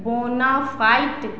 bonafide